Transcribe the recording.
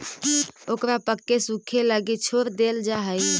ओकरा पकके सूखे लगी छोड़ देल जा हइ